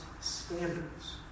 standards